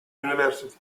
university